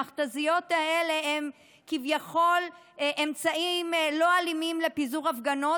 המכת"זיות האלה הן כביכול אמצעים לא אלימים לפיזור הפגנות,